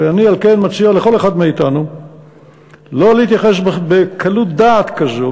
על כן אני מציע לכל אחד מאתנו לא להתייחס בקלות דעת כזאת,